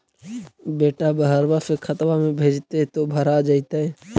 बेटा बहरबा से खतबा में भेजते तो भरा जैतय?